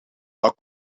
are